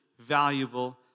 valuable